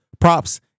props